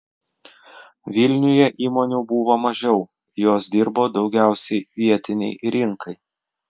vilniuje įmonių buvo mažiau jos dirbo daugiausiai vietinei rinkai